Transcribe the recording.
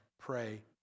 pray